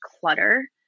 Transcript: clutter